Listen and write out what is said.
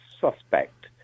suspect